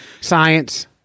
science